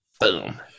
boom